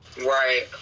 Right